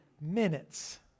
minutes